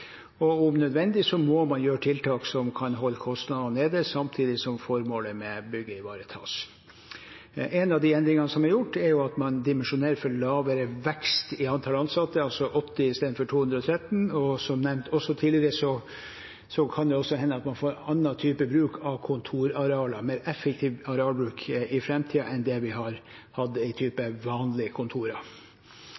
Om nødvendig må man gjøre tiltak som kan holde kostnadene nede samtidig som formålet med bygget ivaretas. En av de endringene som er gjort, er at man dimensjonerer for lavere vekst i antall ansatte, altså 80 istedenfor 213, og, som også nevnt tidligere, det kan hende at man i framtiden får annen type bruk av kontorarealer, mer effektiv arealbruk enn det vi har hatt